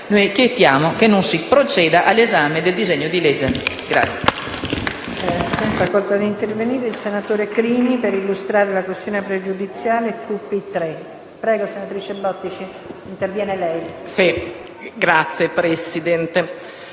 chiediamo che non si proceda all'esame del disegno di legge in